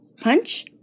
Punch